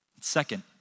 second